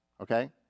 okay